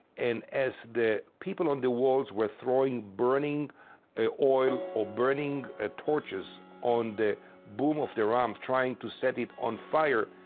and as the people on the walls were throwing burning ah oil or burning ah torches on the boom of the ram, trying to set it on fire,